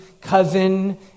cousin